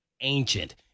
ancient